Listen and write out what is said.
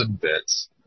bits